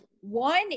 One